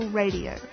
radio